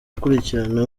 gukurikirana